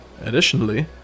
Additionally